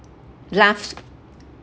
laugh